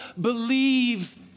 believe